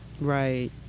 right